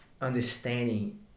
understanding